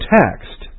text